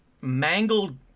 mangled